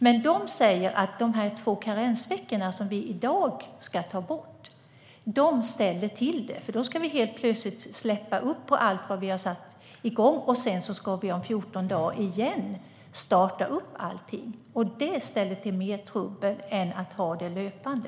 Men de säger att de två karensveckorna, som vi i dag ska ta bort, ställer till det, för då ska de helt plötsligt släppa allt de satt igång och ska om 14 dagar starta upp allting igen. Det ställer till mer trubbel än att ha det löpande.